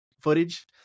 footage